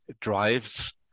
drives